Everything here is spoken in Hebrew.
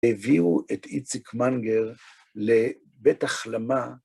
הביאו את איציק מנגר לבית החלמה.